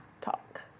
talk